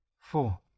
Four